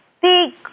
big